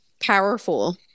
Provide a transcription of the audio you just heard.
powerful